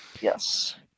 Yes